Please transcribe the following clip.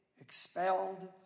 expelled